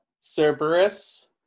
cerberus